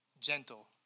gentle